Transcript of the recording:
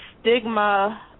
stigma